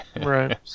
Right